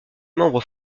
membres